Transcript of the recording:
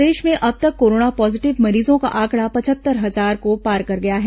प्रदेश में अब तक कोरोना पॉजीटिव मरीजों का आंकड़ा पचहत्तर हजार को पार कर गया है